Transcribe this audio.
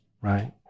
right